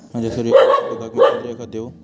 माझ्या सूर्यफुलाच्या पिकाक मी सेंद्रिय खत देवू?